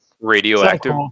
radioactive